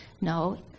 no